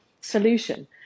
solution